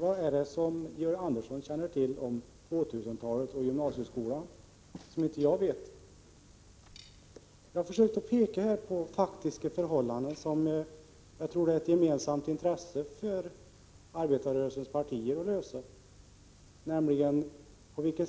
Vad är det som Georg Andersson känner till om 2000-talet och gymnasieskolan som inte jag vet? Jag har försökt peka på faktiska förhållanden, som jag tror att det är ett gemensamt intresse för arbetarrörelsens partier att ta ställning till, exempelvis: På vilket